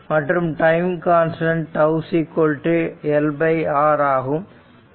மற்றும் time constant τ L R ஆகும்